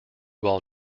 while